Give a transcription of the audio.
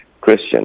Christian